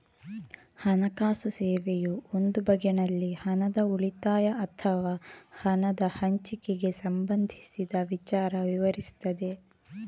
ಹಣಕಾಸು ಸೇವೆಯು ಒಂದು ಬಗೆನಲ್ಲಿ ಹಣದ ಉಳಿತಾಯ ಅಥವಾ ಹಣದ ಹಂಚಿಕೆಗೆ ಸಂಬಂಧಿಸಿದ ವಿಚಾರ ವಿವರಿಸ್ತದೆ